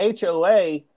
HOA